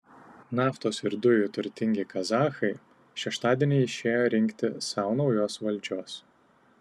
naftos ir dujų turtingi kazachai šeštadienį išėjo rinkti sau naujos valdžios